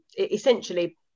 essentially